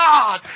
God